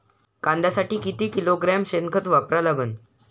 कांद्यासाठी किती किलोग्रॅम शेनखत वापरा लागन?